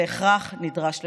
זה הכרח נדרש לכולנו,